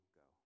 go